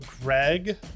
Greg